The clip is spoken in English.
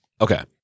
Okay